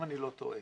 אם אני לא טועה.